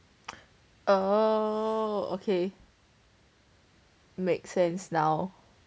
oh okay make sense now